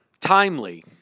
timely